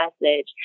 message